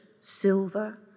silver